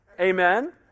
Amen